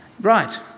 Right